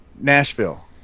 Nashville